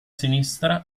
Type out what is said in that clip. sinistra